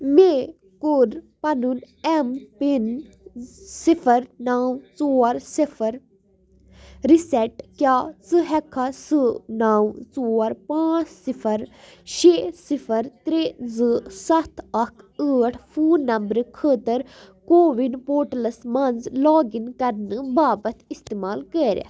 مے کوٚر پَنُن M PIN صِفر نَو ژور صِفر رِسٮ۪ٹ کیٛاہ ژٕ ہٮ۪ککھا سُہ نَو ژور پانٛژھ صِفر شےٚ صِفر ترٛےٚ زٕ سَتھ اکھ ٲٹھ فون نمبر خٲطرٕ کووِن پورٹلس مَنٛز لاگ اِن کرنہٕ باپتھ اِستعمال کٔرِتھ